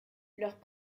leurs